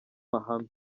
mahame